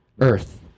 Earth